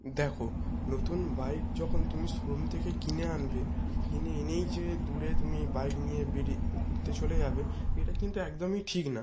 দেখো নতুন বাইক যখন তুমি শোরুম থেকে কিনে আনবে কিনে এনেই যে দূরে তুমি বাইক নিয়ে বেরিয়ে ঘুরতে চলে যাবে এটা কিন্তু একদমই ঠিক না